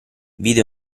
vide